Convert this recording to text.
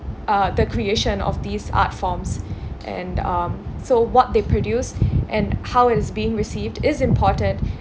uh the creation of these art forms and um so what they produce and how it's being received is important